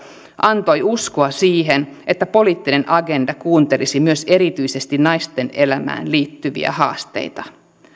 antoi uskoa siihen että poliittinen agenda kuuntelisi myös erityisesti naisten elämään liittyviä haasteita